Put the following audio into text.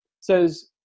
says